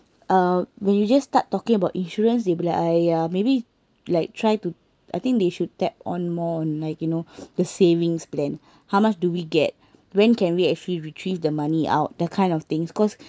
uh when you just start talking about insurance they be like !aiya! maybe like try to I think they should tap on more on like you know the savings plan how much do we get when can we actually retrieve the money out that kind of things cause